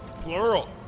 plural